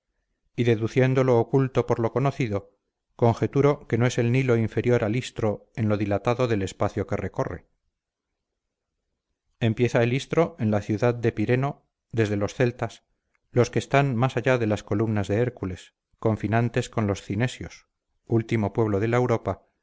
y deduciendo lo oculto por lo conocido conjeturo que no es el nilo inferior al istro en lo dilatado del espacio que recorre empieza el istro en la ciudad de pireno desde los celtas los que están más allá de las columnas de hércules confinantes con los cinesios último pueblo de la europa